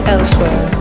Elsewhere